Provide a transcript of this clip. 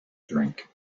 drink